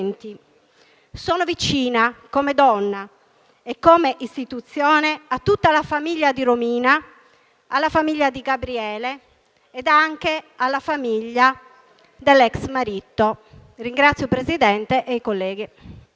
Sono vicina come donna e come istituzione a tutta la famiglia di Romina, alla famiglia di Gabriele e anche alla famiglia dell'ex marito. *(Applausi dal Gruppo M5S)*.